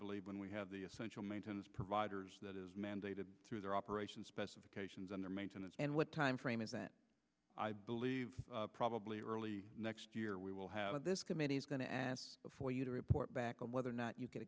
believe when we have the essential maintenance providers that is mandated through their operations specifications on their maintenance and what timeframe isn't i believe probably early next year we will have this committee's going to ask before you to report back on whether or not you